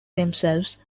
themselves